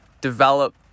develop